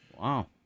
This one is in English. Wow